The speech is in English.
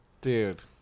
dude